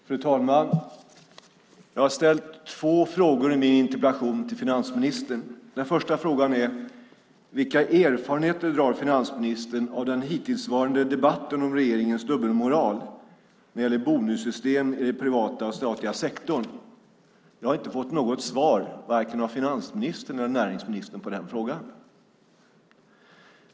Fru talman! Jag har ställt två frågor i min interpellation till finansministern. Den första frågan är: Vilka erfarenheter drar finansministern av den hittillsvarande debatten om regeringens dubbelmoral när det gäller bonussystem i den privata och statliga sektorn? Jag har inte fått något svar på den frågan av vare sig finansministern eller näringsministern.